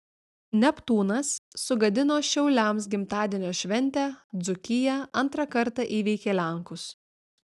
neptūnas sugadino šiauliams gimtadienio šventę dzūkija antrą kartą įveikė lenkus